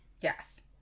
Yes